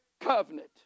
covenant